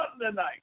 tonight